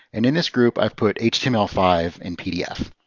and in this group, i've put h t m l five and pdf.